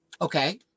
Okay